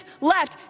left